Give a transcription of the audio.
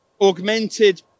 augmented